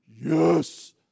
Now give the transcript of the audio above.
yes